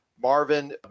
Marvin